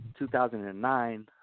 2009